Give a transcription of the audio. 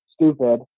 stupid